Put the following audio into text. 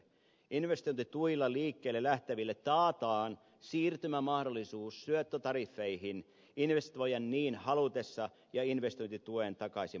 investointituilla liikkeelle lähteville taataan siirtymämahdollisuus syöttötariffeihin investoijan niin halutessa ja investointituki takaisin maksamalla